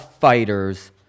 fighters